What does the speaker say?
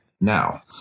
now